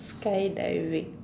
skydiving